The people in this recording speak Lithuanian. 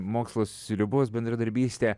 mokslo sriubos bendradarbystė